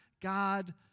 God